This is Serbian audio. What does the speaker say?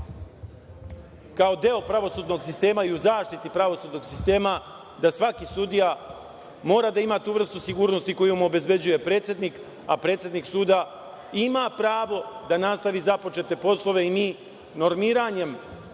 kao deo pravosudnog sistema i u zaštiti pravosudnog sistema da svaki sudija mora da ima tu vrstu sigurnosti koju mu obezbeđuje predsednik, a predsednik suda ima pravo da nastavi započete poslove. I mi normiranjem